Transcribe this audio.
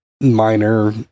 minor